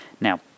Now